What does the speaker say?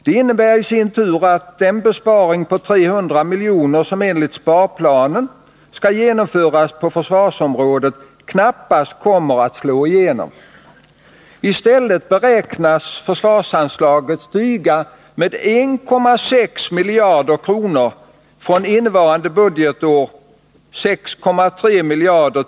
Det innebär i sin tur att den besparing på 300 miljoner, som enligt sparplanen skall genomföras på försvarsområdet, knappast kommer att slå igenom. I stället beräknas försvarsanslaget stiga med 1,6 miljarder kr., från innevarande budgetårs 16,3 miljarder kr.